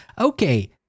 Okay